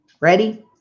Ready